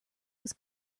was